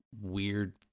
weird